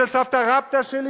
של סבתא רבתא שלי,